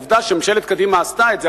עובדה שממשלת קדימה עשתה את זה,